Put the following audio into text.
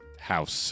house